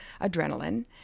adrenaline